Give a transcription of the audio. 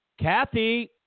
Kathy